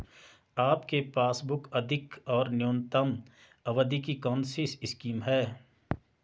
आपके पासबुक अधिक और न्यूनतम अवधि की कौनसी स्कीम है?